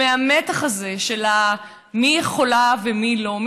מהמתח הזה של מי יכולה ומי לא,